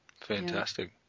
Fantastic